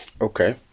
Okay